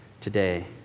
today